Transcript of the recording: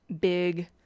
big